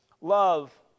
Love